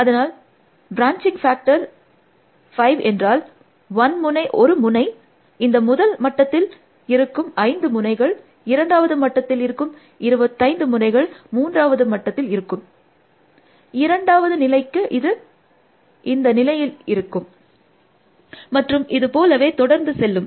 அதனால் branching factor 5 என்றால் 1 முனை இந்த முதல் மட்டத்தில் இருக்கும் 5 முனைகள் இரண்டாவது மட்டத்தில் இருக்கும் 25 முனைகள் மூன்றாவது மட்டத்தில் இருக்கும் இரண்டாவது நிலைக்கு அது 3714 இந்த நிலையில் இருக்கும் மற்றும் இது போலவே தொடர்ந்து செல்லும்